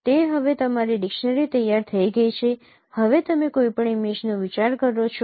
તે હવે તમારી ડિક્શનરી તૈયાર થઈ ગઈ છે હવે તમે કોઈપણ ઇમેજનો વિચાર કરો છો